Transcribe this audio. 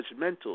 judgmental